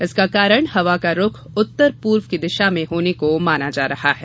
इसका कारण हवा का रूख उत्तर पूर्व की दिशा में होने को माना जा रहा है